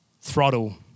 throttle